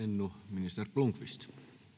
minister blomqvist